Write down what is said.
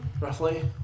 Roughly